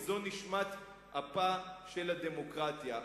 כי זו נשמת אפה של הדמוקרטיה,